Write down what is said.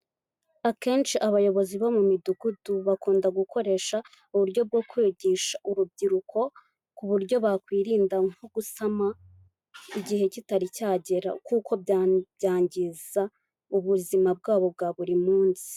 Akenshi abayobozi bo mu midugudu bakunda gukoresha uburyo bwo kwigisha urubyiruko ku buryo bakwirinda nko gusama igihe kitari cyagera, kuko byangiza ubuzima bwabo bwa buri munsi.